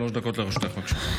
שלוש דקות לרשותך, בבקשה.